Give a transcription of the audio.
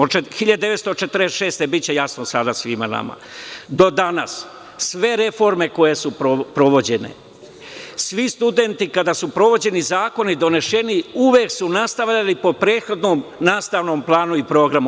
Od 1946. godine, da bi bilo jasnije sada svima nama, do danas, sve reforme koje su sprovođene, svi studenti kada su provođeni zakoni donošeni, uvek su nastavljali po prethodnom nastavnom planu i programu.